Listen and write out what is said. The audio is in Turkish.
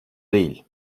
değil